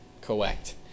Correct